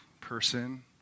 person